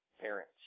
parents